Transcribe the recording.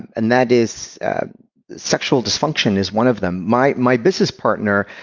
and that is sexual dysfunction is one of them. my my business partner,